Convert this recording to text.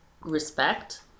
respect